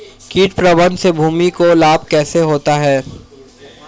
कीट प्रबंधन से भूमि को लाभ कैसे होता है?